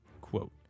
Quote